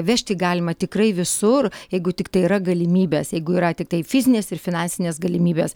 vežti galima tikrai visur jeigu tiktai yra galimybės jeigu yra tiktai fizinės ir finansinės galimybės